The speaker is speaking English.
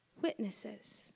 Witnesses